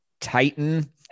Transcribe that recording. Titan